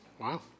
Wow